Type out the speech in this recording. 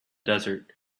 desert